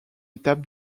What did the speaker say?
étape